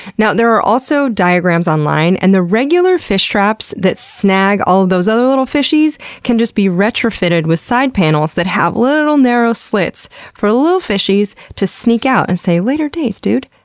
now there are also diagrams online and the regular fish traps that snag all those other little fishies can just be retrofitted with side panels that have little narrow slits for little fishies to sneak out and say, later days, dude,